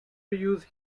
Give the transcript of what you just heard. use